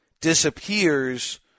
disappears